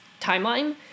timeline